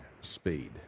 speed